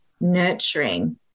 nurturing